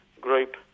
group